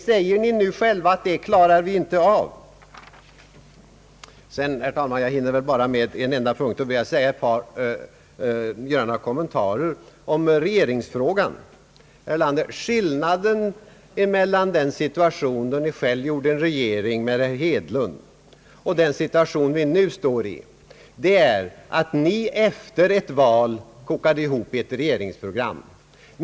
Sedan vill jag, herr talman, göra några kommentarer om regeringsfrågan. Herr Erlander, skillnaden mellan den situationen då ni själv bildade en regering med herr Hedlund och den nuvarande situationen är att ni efter ett val kokade ihop ert regeringsprogram.